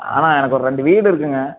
அண்ணா எனக்கு ஒரு இரண்டு வீடு இருக்குங்க